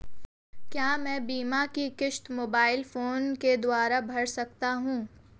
क्या मैं बीमा की किश्त मोबाइल फोन के द्वारा भर सकता हूं?